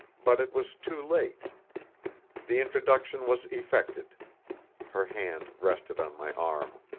but it was too late the introduction was effected her hand rested on my arm.